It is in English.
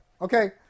Okay